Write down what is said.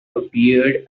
appeared